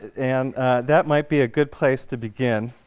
and that might be a good place to begin.